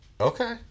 Okay